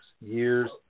years